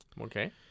Okay